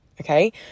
Okay